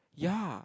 ya